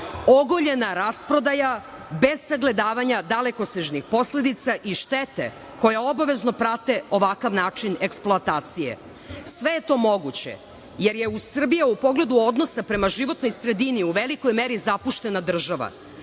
ogoljena rasprodaja, bez sagledavanja dalekosežnih posledica i štete koja obavezno prate ovakav način eksploatacije. Sve je to moguće, jer je Srbija u pogledu odnosa prema životnoj sredini u velikoj meri zapuštena država,